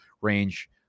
range